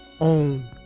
own